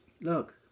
Look